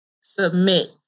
submit